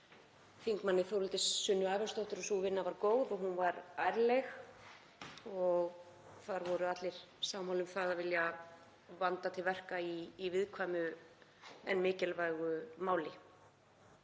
þm. Þórhildi Sunnu Ævarsdóttur að sú vinna var góð og ærleg og þar voru allir sammála um að vilja vanda til verka í viðkvæmu en mikilvægu máli.